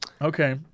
Okay